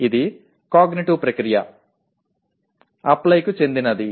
ఇది కాగ్నిటివ్ ప్రక్రియ ' అప్లై'కు చెందినది